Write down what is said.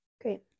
Great